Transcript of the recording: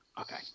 Okay